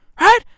right